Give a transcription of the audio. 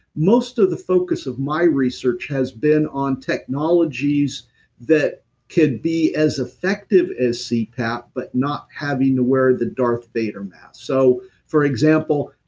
most of the focus of my research has been on technologies that could be as effective as cpap, but not having to wear the darth vader mask. so for example,